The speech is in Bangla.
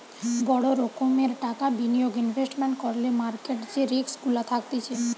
বড় রোকোমের টাকা বিনিয়োগ ইনভেস্টমেন্ট করলে মার্কেট যে রিস্ক গুলা থাকতিছে